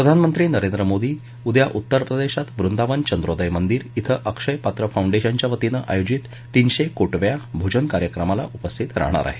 प्रधानमंत्री नरेंद्र मोदी उदया उत्तर प्रदेशात वृदांवन चंद्रोदय मंदिर क्वें अक्षय पात्र फाऊंडेशनच्या वतीनं आयोजित तीनशे कोटव्या भोजन कार्यक्रमाला उपस्थित राहणार आहेत